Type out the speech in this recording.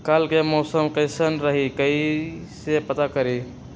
कल के मौसम कैसन रही कई से पता करी?